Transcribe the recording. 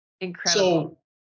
incredible